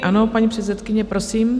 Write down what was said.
Ano, paní předsedkyně, prosím.